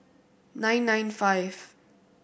nine nine five